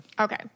Okay